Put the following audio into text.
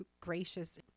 gracious